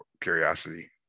curiosity